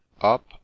up